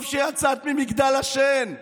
טוב שיצאת ממגדל השן.